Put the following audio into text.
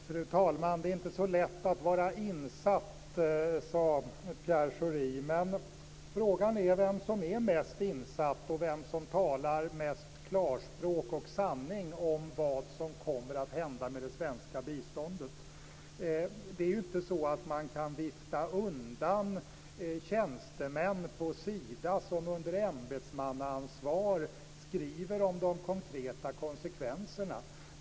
Fru talman! Det är inte så lätt att vara insatt, sade Pierre Schori. Frågan är vem som är mest insatt och vem som talar mest klarspråk och sanning om vad som kommer att hända med det svenska biståndet. Det är inte så att man kan vifta undan tjänstemän på Sida som under ämbetsmannaansvar skriver om de konkreta konsekvenserna.